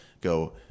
go